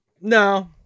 no